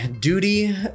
duty